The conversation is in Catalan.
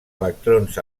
electrons